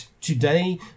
today